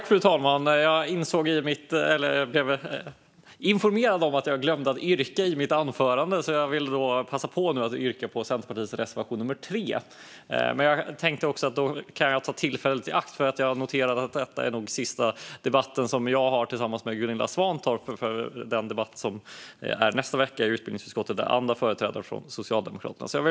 Fru talman! Jag blev informerad om att jag glömde att yrka i mitt anförande, så jag vill passa på att yrka bifall till Centerpartiets reservation 3. Jag har noterat att detta nog är den sista debatt som jag har tillsammans med Gunilla Svantorp; i utbildningsutskottets debatt nästa vecka är det andra företrädare för Socialdemokraterna som deltar.